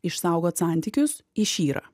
išsaugot santykius išyra